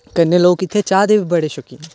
कन्नै लोक इत्थै चाह् दी बड़ी शौकीन न